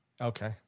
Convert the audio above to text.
Okay